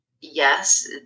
yes